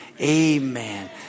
amen